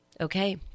okay